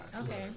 Okay